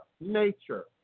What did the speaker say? nature